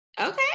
okay